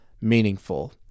meaningful